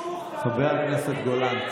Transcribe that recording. חבר הכנסת גולן,